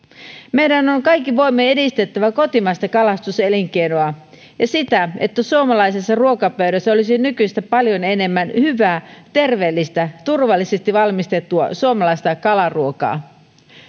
meidän on kaikin voimin edistettävä kotimaista kalastuselinkeinoa ja sitä että suomalaisessa ruokapöydässä olisi nykyistä paljon enemmän hyvää terveellistä turvallisesti valmistettua suomalaista kalaruokaa